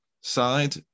side